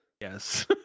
yes